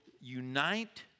unite